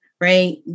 Right